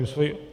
Děkuji.